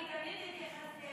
אני תמיד התייחסתי